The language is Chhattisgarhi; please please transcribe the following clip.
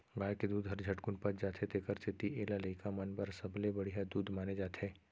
गाय के दूद हर झटकुन पच जाथे तेकर सेती एला लइका मन बर सबले बड़िहा दूद माने जाथे